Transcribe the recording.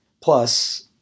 Plus